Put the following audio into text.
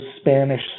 Spanish